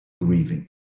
grieving